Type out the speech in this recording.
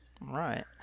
Right